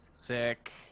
Sick